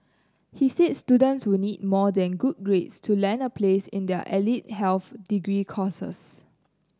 he said students will need more than good grades to land a place in the allied health degree courses